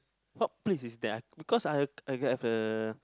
what place is that ah because I I get the